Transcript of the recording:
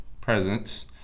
presence